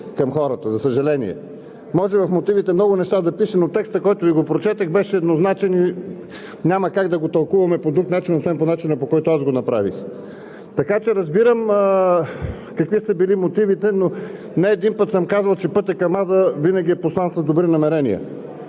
към хората. За съжаление! Може в мотивите много неща да пише, но текстът, който Ви прочетох, беше еднозначен и няма как да го тълкуваме по друг начин, освен по начина, по който аз го направих. Така че разбирам какви са били мотивите, но не един път съм казвал, че пътят към ада винаги е постлан с добри намерения.